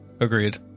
Agreed